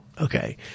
Okay